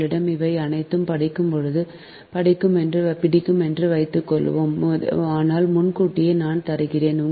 உங்களிடம் இவை அனைத்தும் படிக்கும் என்று வைத்துக்கொள்வோம் ஆனால் முன்கூட்டியே நான் தருகிறேன்